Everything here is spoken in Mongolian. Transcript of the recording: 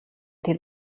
тэр